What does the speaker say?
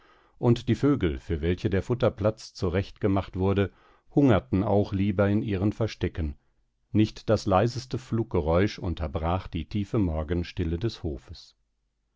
und die vögel für welche der futterplatz zurechtgemacht wurde hungerten auch lieber in ihren verstecken nicht das leiseste fluggeräusch unterbrach die tiefe morgenstille des hofes